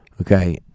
okay